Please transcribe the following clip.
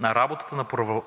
за работата на